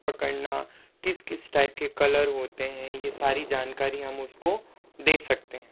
पकड़ना किस किस टाइप के कलर होते हैं ये सारी जानकारी हम उसको दे सकते हैं